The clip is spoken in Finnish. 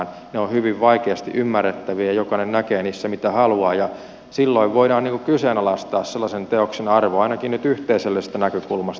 ne ovat hyvin vaikeasti ymmärrettäviä ja jokainen näkee niissä mitä haluaa ja silloin voidaan kyseenalaistaa sellaisen teoksen arvo ainakin nyt yhteisöllisestä näkökulmasta